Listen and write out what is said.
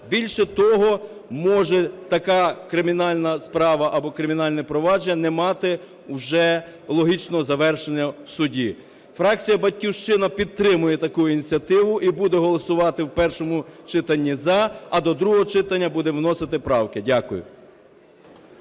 Більше того, може така кримінальна справа або кримінальне провадження не мати уже логічного завершення в суді. Фракція "Батьківщина" підтримує таку ініціативу і буде голосувати в першому читанні "за", а до другого читання буде вносити правки. Дякую.